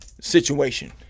situation